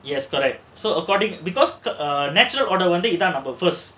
yes correct so according because the natural order வந்து இதான்:vandhu idhaan number first